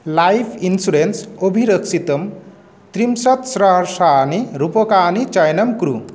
life insurance अभिरक्षितं त्रिंशत्सहस्राणि रूप्यकाणि चयनं कुरु